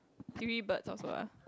three birds also ah